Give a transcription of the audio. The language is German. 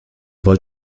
wollt